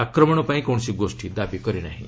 ଆକ୍ରମଣ ପାଇଁ କୌଣସି ଗୋଷ୍ଠୀ ଦାବି କରି ନାହିଁ